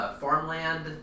farmland